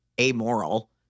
amoral